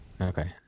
Okay